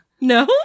No